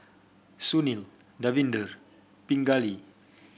Sunil Davinder Pingali